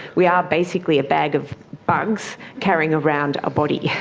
we are basically a bag of bugs carrying around a body.